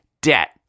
debt